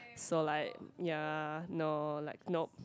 so like ya no like nope